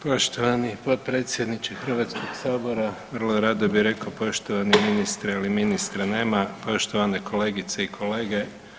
Poštovani potpredsjedniče Hrvatskog sabora vrlo rado bi rekao poštovani ministre, ali ministra nema, poštovane kolegice i kolege.